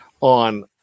on